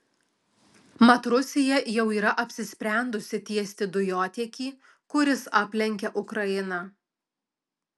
mat rusija jau yra apsisprendusi tiesti dujotiekį kuris aplenkia ukrainą